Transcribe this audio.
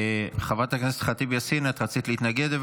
חברת הכנסת ח'טיב יאסין, הבנתי שאת רצית להתנגד?